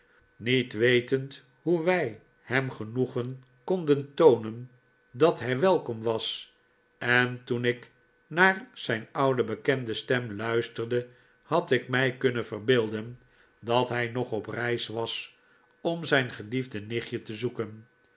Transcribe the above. niet wetend hoe wij hem genoeg konden toonen dat hij welkom was en toen ik naar zijn oude bekende stem luisterde had ik mij kunnen verbeelden dat hij nog op reis was om zijn geliefde nichtje te zoeken